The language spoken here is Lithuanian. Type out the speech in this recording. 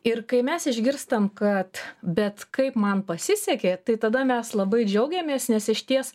ir kai mes išgirstam kad bet kaip man pasisekė tai tada mes labai džiaugiamės nes išties